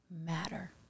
matter